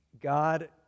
God